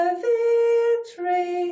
victory